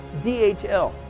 DHL